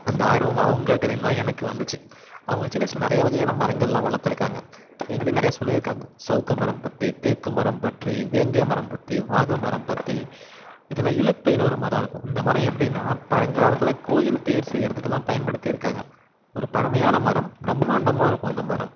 அந்த ஆர்வம் அவங்கட்ட இருந்து தான் எனக்கு வந்துச்சு அவங்க சின்ன வயதில் நிறையா வகையான மரங்கள்லாம் வளர்த்துருக்காங்க எங்ககிட்டையும் நிறையா சொல்லியிருக்காங்க சவுக்கு மரம் பற்றி தேக்கு மரம் பற்றி வேங்கை மரம் பற்றி வாகை மரம் பற்றி இதில் இலுப்பைனு ஒரு மரம் இருக்கும் இந்த மரம் எப்படின்னா பழங்காலத்தில் கோவில் தேர் செய்கிறதுக்குலாம் பயன்படுத்தியிருக்காங்க ஒரு பழமையான மரம் பிரம்மாண்டமாக இருக்கும் அந்த மரம்